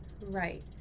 Right